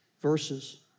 verses